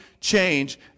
change